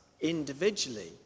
individually